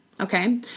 okay